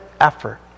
effort